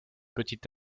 petits